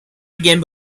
again